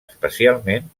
especialment